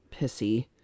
pissy